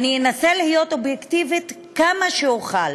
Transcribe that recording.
אנסה להיות אובייקטיבית כמה שאוכל